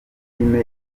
filime